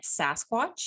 sasquatch